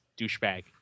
douchebag